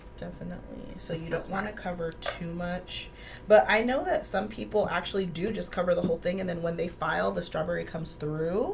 definitely so you don't want to cover too much but i know that some people actually do just cover the whole thing. and then when they file the strawberry comes through